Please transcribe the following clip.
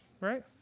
right